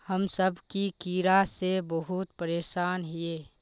हम सब की कीड़ा से बहुत परेशान हिये?